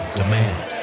demand